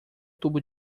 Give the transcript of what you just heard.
tubo